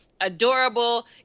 adorable